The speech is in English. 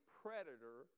predator